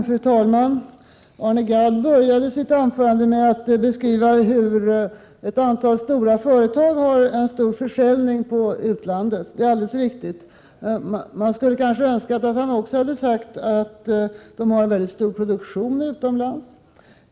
Fru talman! Arne Gadd började sitt anförande med att beskriva hur ett antal stora företag har stor försäljning på utlandet. Det är alldeles riktigt, men man skulle önska att han också hade sagt att de har en stor produktion utomlands.